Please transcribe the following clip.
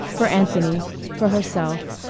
for anthony for herself,